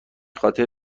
خاطر